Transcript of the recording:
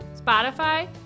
Spotify